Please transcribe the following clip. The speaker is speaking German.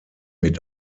mit